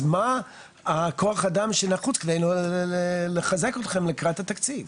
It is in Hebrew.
אז מה כוח האדם שנחוץ כדי לחזק אתכם לקראת התקציב?